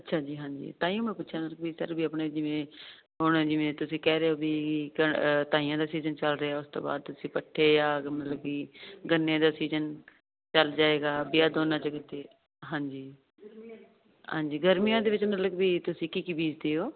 ਅੱਛਾ ਜੀ ਹਾਂਜੀ ਟਾਈਮ ਮੈਂ ਪੁੱਛਿਆ ਹਰਵੀਰ ਸਰ ਵੀ ਆਪਣੇ ਜਿਵੇਂ ਹੁਣ ਜਿਵੇਂ ਤੁਸੀਂ ਕਹਿ ਰਹੇ ਹੋ ਵੀ ਧਾਈਆਂ ਦਾ ਸੀਜ਼ਨ ਚੱਲ ਰਿਹਾ ਉਸ ਤੋਂ ਬਾਅਦ ਤੁਸੀਂ ਪੱਟੇ ਆ ਮਤਲਬ ਕੀ ਗੰਨੇ ਦਾ ਸੀਜਨ ਡਰ ਜਾਏਗਾ ਵੀ ਆਹ ਦੋਨਾਂ ਚ ਹਾਂਜੀ ਗਰਮੀਆਂ ਦੇ ਵਿੱਚ ਨਲਕ ਵੀ ਤੁਸੀਂ ਕੀ ਕੀ ਬੀਜਦੇ ਹੋ